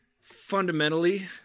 fundamentally